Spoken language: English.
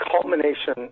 culmination